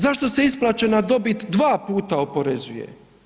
Zašto se isplaćena dobit dva puta oporezuje?